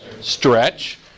Stretch